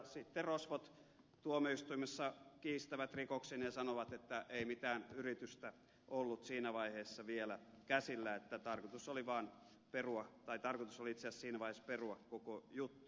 sitten rosvot tuomioistuimessa kiistävät rikoksen ja sanovat että ei mitään yritystä ollut siinä vaiheessa vielä käsillä että tarkoitus oli itse asiassa siinä vaiheessa perua koko juttu